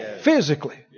Physically